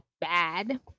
bad